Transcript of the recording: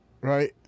right